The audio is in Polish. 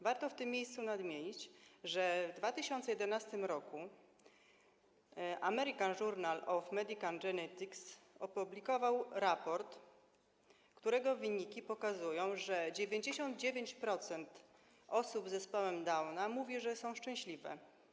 Warto w tym miejscu nadmienić, że w 2011 r. „American Journal of Medical Genetics” opublikował raport, którego wyniki pokazują, że 99% osób z zespołem Downa mówi, że są szczęśliwe.